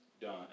done